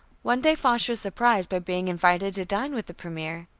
one day foch was surprised by being invited to dine with the premier.